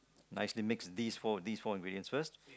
nice to mix these four these four ingredients first